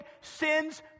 sins